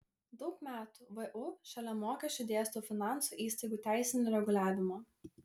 daug metų vu šalia mokesčių dėstau finansų įstaigų teisinį reguliavimą